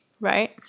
right